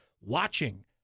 watching